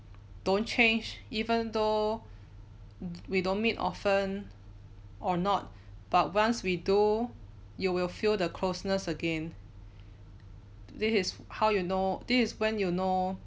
don't change even though we don't meet often or not but once we do you will feel the closeness again this is how you know this is when you know